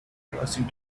interesting